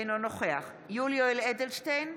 אינו נוכח יולי יואל אדלשטיין,